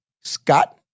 Scott